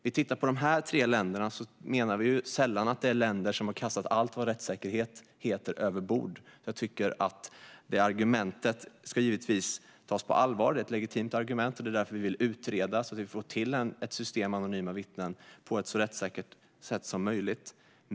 När det gäller dessa tre länder menar vi ju sällan att detta är länder som har kastat allt vad rättssäkerhet heter över bord. Vårt argument ska givetvis tas på allvar; det är ett legitimt argument. Det är därför vi vill utreda detta, så att vi får ett system med anonyma vittnen på ett så rättssäkert sätt som möjligt.